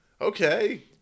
okay